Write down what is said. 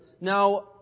Now